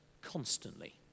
constantly